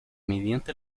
mediante